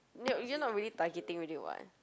no you're not really targeting already [what]